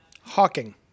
Hawking